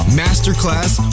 masterclass